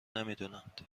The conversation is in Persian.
نمیدونند